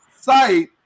site